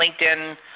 LinkedIn